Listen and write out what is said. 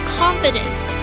confidence